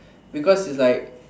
because it's like